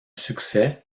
succès